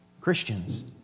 Christians